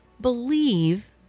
believe